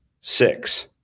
Six